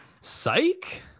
Psych